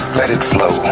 let it flow,